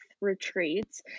retreats